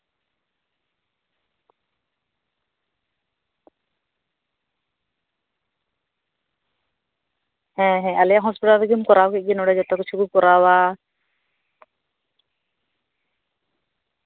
ᱦᱮᱸ ᱦᱮᱸ ᱟᱞᱮ ᱦᱚᱥᱯᱤᱴᱟᱞ ᱨᱮᱜᱮᱢ ᱠᱚᱨᱟᱣ ᱠᱮᱫ ᱜᱮ ᱱᱚᱸᱰᱮ ᱜᱮ ᱡᱷᱚᱛᱚ ᱠᱤᱪᱷᱩ ᱠᱚ ᱠᱚᱨᱟᱣᱟ